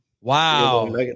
Wow